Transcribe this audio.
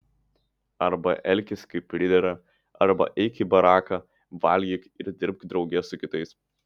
arba elkis kaip pridera arba eik į baraką valgyk ir dirbk drauge su kitais